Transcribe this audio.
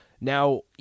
now